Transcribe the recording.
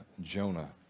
Jonah